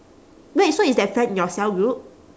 wait so is that friend in your cell group